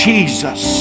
Jesus